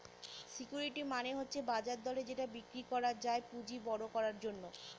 security মানে হচ্ছে বাজার দরে যেটা বিক্রি করা যায় পুঁজি বড়ো করার জন্য